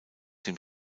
dem